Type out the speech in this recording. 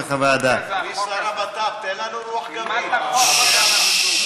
תלמד את החוק, ששש.